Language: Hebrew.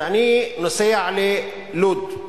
כשאני נוסע ללוד,